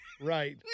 Right